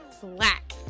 Black